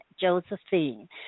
Josephine